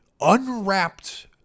unwrapped